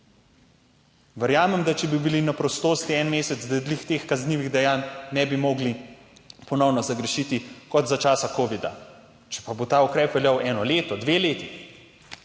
Verjamem, da če bi bili na prostosti en mesec, da glih teh kaznivih dejanj ne bi mogli ponovno zagrešiti, kot za časa covida, če pa bo ta ukrep veljal eno leto, dve leti,